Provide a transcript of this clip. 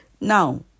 Now